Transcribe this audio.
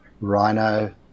rhino